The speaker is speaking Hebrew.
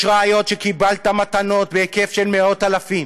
יש ראיות שקיבלת מתנות בהיקף של מאות-אלפים.